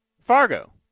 Fargo